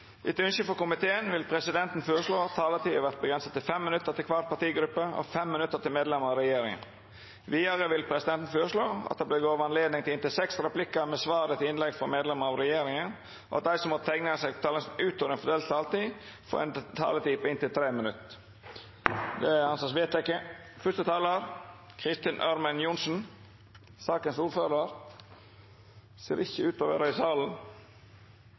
Etter ynske frå familie- og kulturkomiteen vil presidenten føreslå at taletida vert avgrensa til 5 minutt til kvar partigruppe og 5 minutt til medlemer av regjeringa. Vidare vil presidenten føreslå at det vert gjeve anledning til inntil seks replikkar med svar etter innlegg frå medlemer av regjeringa, og at dei som måtte teikna seg på talarlista utover den fordelte taletida, får ei taletid på inntil 3 minutt. – Det er vedteke. Då er fyrste talar Kristin Ørmen Johnsen, ordførar for saka. Ho ser ikkje ut til å vera i salen.